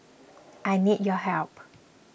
I need your help